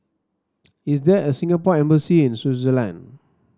is there a Singapore Embassy in Swaziland